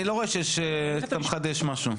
אני לא רואה שאתה מחדש משהו.